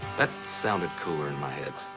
that sounded cooler in my head.